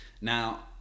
Now